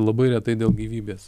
labai retai dėl gyvybės